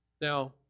Now